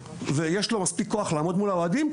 ויש לו מספיק כוח לעמוד מול האוהדים,